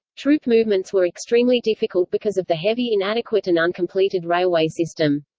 troop movements were extremely difficult because of the heavy inadequate and uncompleted railway system.